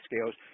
scales